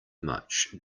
much